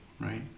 right